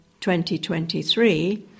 2023